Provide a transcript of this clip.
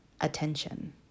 attention